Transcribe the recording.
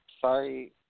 Sorry